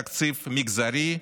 תקציב מגזרי.